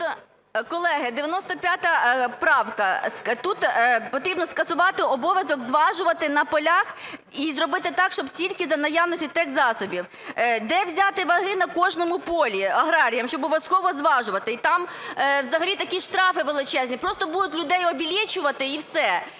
Колеги, 95 правка. Тут потрібно скасувати обов'язок зважувати на полях і зробити так, щоб тільки за наявності техзасобів. Де взяти ваги на кожному полі аграріям, щоб обов'язково зважувати? Там взагалі такі штрафи величезні. Просто будуть людей "обілечувати" і все.